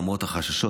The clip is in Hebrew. למרות החששות,